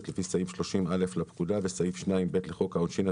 לפי סעיף 30(א)לפקודה וסעיף 2(ב) לחוק העונשין,